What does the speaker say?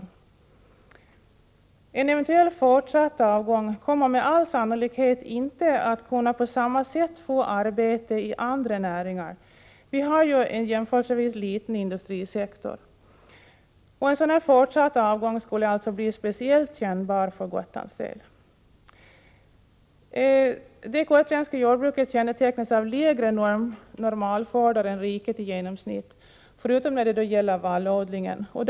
De som skulle drabbas vid en eventuell fortsatt avgång kommer med all sannolikhet inte att kunna på samma sätt få arbete i andra näringar. Gotland har ju en jämförelsevis liten industrisektor. En sådan fortsatt avgång skulle alltså bli speciellt kännbar för Gotlands del. Det gotländska jordbruket kännetecknas, förutom när det gäller vallodling, av lägre normalskördar än riket i genomsnitt.